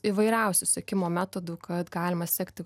įvairiausių sekimo metodų kad galima sekti